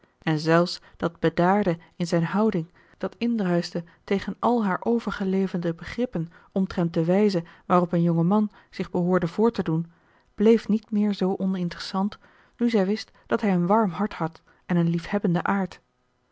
en zelfs dat bedaarde in zijn houding dat indruischte tegen al haar overgeleverde begrippen omtrent de wijze waarop een jonge man zich behoorde voor te doen bleef niet meer zoo oninteressant nu zij wist dat hij een warm hart had en een liefhebbenden aard